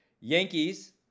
Yankees